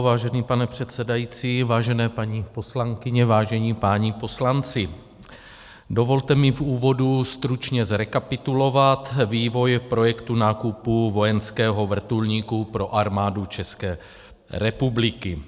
Vážený pane předsedající, vážené paní poslankyně, vážení páni poslanci, dovolte mi v úvodu stručně zrekapitulovat vývoj projektu nákupu vojenského vrtulníku pro Armádu České republiky.